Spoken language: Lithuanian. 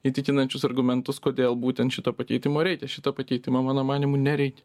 įtikinančius argumentus kodėl būtent šito pakeitimo reikia šito pakeitimo mano manymu nereikia